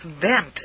bent